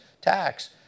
tax